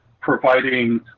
providing